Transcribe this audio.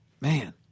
Man